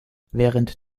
während